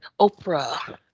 oprah